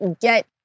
get